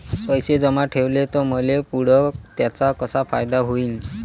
पैसे जमा ठेवले त मले पुढं त्याचा कसा फायदा होईन?